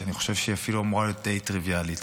שאני חושב שהיא אפילו אמורה להיות די טריוויאלית.